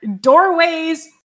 doorways